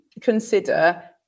consider